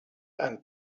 and